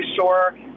sure